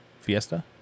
Fiesta